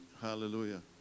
Hallelujah